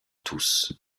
tous